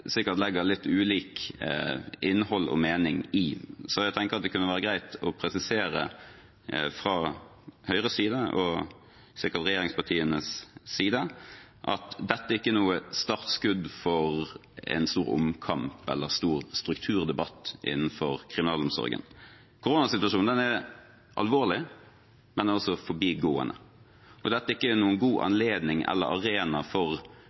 sikkert legger litt ulikt innhold og mening i. Så jeg tenker at det kan være greit å presisere fra Høyres side, og sikkert også regjeringspartienes side, at dette er ikke noe startskudd for en stor omkamp eller stor strukturdebatt innenfor kriminalomsorgen. Koronasituasjonen er alvorlig, men den er forbigående. Dette er ikke noen god anledning eller arena for